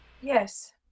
yes